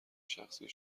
شخصی